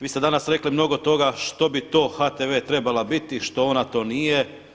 Vi ste danas rekli mnogo toga što bi to HTV trebala biti, što ona to nije.